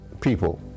people